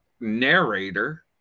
narrator